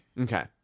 Okay